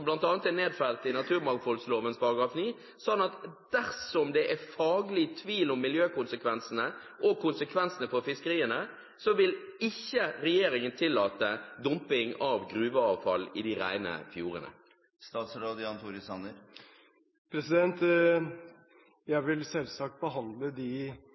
i naturmangfoldslovens § 9, sånn at dersom det er faglig tvil om miljøkonsekvensene og konsekvensene for fiskeriene, vil ikke regjeringen tillate dumping av gruveavfall i de rene fjordene. Jeg vil selvsagt behandle de to sakene etter de